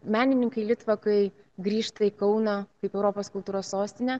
menininkai litvakai grįžta į kauną kaip europos kultūros sostine